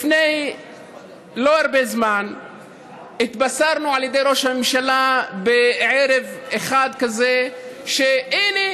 לפני לא הרבה זמן התבשרנו על ידי ראש הממשלה בערב אחד כזה שהינה,